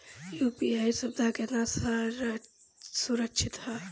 UPI सुविधा केतना सुरक्षित ह?